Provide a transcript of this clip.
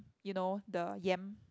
you know the yam